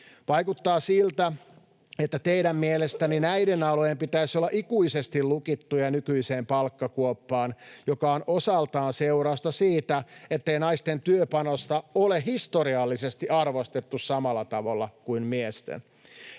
Vaikuttaa siltä, että teidän mielestänne näiden alojen pitäisi olla ikuisesti lukittuja nykyiseen palkkakuoppaan, joka on osaltaan seurausta siitä, ettei naisten työpanosta ole historiallisesti arvostettu samalla tavalla kuin miesten.